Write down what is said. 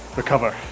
recover